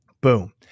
Boom